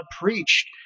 preached